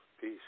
Peace